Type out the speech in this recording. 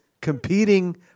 competing